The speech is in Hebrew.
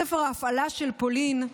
ספר ההפעלה של פולין,